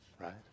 Right